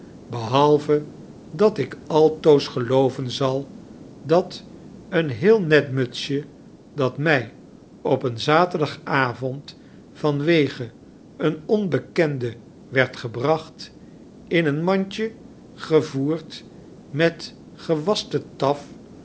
behalve datik altoos gelooven zal dat een heelnetmutsjedatmy op een zaterdagavond vanwege een onbekende werd gebracht in een mandje gevoerd met gewaste taf